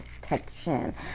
protection